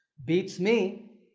beats me.